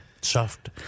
Soft